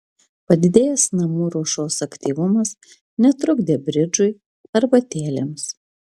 padidėjęs namų ruošos aktyvumas netrukdė bridžui arbatėlėms